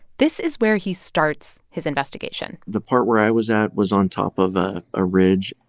this is where he starts his investigation the part where i was at was on top of a ah ridge.